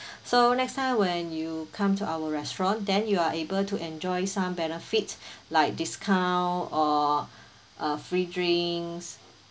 so next time when you come to our restaurant then you are able to enjoy some benefit like discount or a free drinks